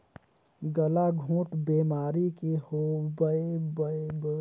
गलाघोंट बेमारी के होवब म पसू के झटकुन इलाज नई कराबे त छै से चौबीस घंटा के भीतरी में पसु हर मइर घलो जाथे